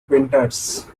painters